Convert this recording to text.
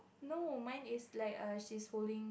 no mine is like err she's holding